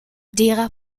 derer